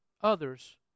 others